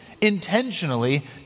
intentionally